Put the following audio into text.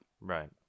Right